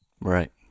Right